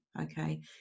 okay